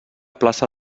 plaça